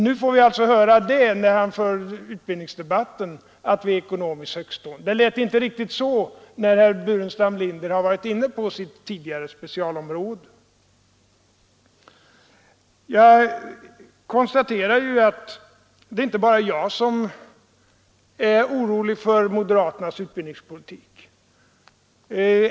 Nu när vi för utbildningsdebatten får vi alltså höra att vi är ekonomiskt högtstående. Det har inte låtit riktigt så när herr Burenstam Linder varit inne på sitt tidigare specialområde. Jag konstaterar att det inte bara är jag som är orolig för moderaternas utbildningspolitik.